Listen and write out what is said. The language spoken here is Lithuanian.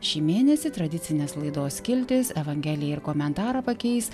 šį mėnesį tradicines laidos skiltis evangeliją ir komentarą pakeis